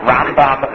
Rambam